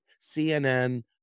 CNN